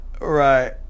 Right